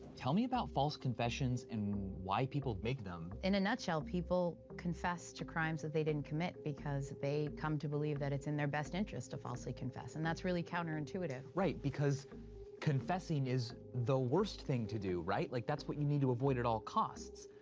tell me about false confessions and why people make them. in a nutshell, people people confess to crimes that they didn't commit because they come to believe that it's in their best interest to falsely confess, and that's really counterintuitive. right, because confessing is the worst thing to do, right? like that's what you need to avoid at all costs.